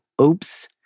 oops